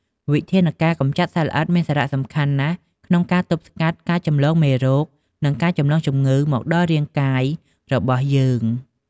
វិធានការកំចាត់សត្វល្អិតមានសារៈសំខាន់ណាស់ក្នុងការទប់ស្កាត់ការចម្លងមេរោគ និងការចម្លងជំងឺមកដល់រាងកាយរបស់យើង។